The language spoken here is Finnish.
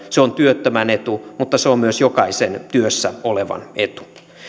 se on työttömän etu mutta se on myös jokaisen työssä olevan etu